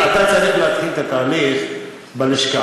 אתה צריך להתחיל את התהליך בלשכה.